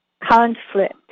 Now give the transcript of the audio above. conflict